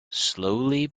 slowly